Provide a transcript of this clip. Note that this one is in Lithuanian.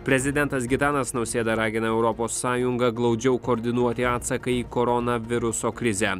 prezidentas gitanas nausėda ragina europos sąjungą glaudžiau koordinuoti atsaką į koronaviruso krizę